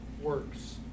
works